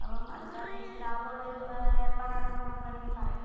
അപ്പം അതൊക്കെ അത്യാവശ്യം ലാഭമുള്ളൊരു ഏർപ്പാടെന്നു നമുക്ക് വേണമെങ്കിൽ പറയാം